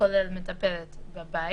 כולל מטפלת בבית.